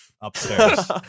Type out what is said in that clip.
Upstairs